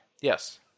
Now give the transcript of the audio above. Yes